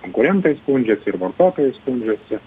konkurentai skundžiasi ir vartotojai skundžiasi